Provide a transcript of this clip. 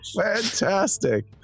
Fantastic